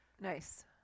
Nice